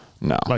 No